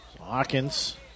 Hawkins